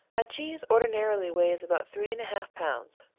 a cheese ordinarily weighs about three-and-a-half pounds.